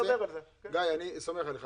גיא, אני סומך עליך.